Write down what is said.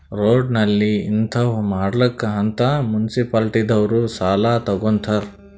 road, ನಾಲಿ ಹಿಂತಾವ್ ಮಾಡ್ಲಕ್ ಅಂತ್ ಮುನ್ಸಿಪಾಲಿಟಿದವ್ರು ಸಾಲಾ ತಗೊತ್ತಾರ್